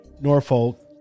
Norfolk